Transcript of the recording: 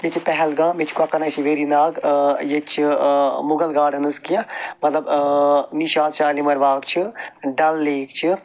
ییٚتہِ چھِ پہلگام ییٚتہِ چھِ کۄکَر ناگ ییٚتہِ چھِ ویری ناگ ٲں ییٚتہِ چھِ ٲں مُغل گارڈَنٕز کیٚنٛہہ مطلب ٲں نِشاط شالیمار باغ چھِ ڈَل لیک چھِ